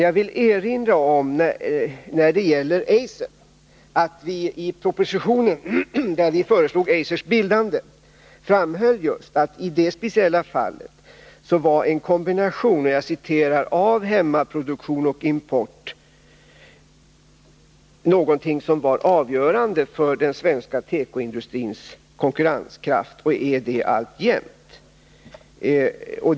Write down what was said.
Jag vill när det gäller Eiser erinra om att vi i den proposition där vi föreslog Eisers bildande framhöll just att i det speciella fallet var en ”kombination av hemmaproduktion och import” någonting som var avgörande för den svenska tekoindustrins konkurrenskraft, och den är det alltjämt.